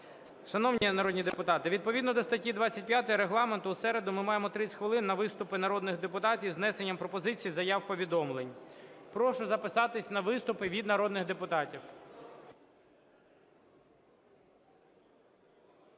Шановні народні депутати, відповідно до статті 25 Регламенту в середу ми маємо 30 хвилин на виступи народних депутатів із внесенням пропозицій, заяв, повідомлень. Прошу записатись на виступи від народних депутатів.